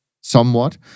somewhat